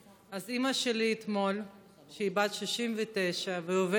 אז אימא שלי היא בת 69 ועובדת,